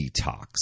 detox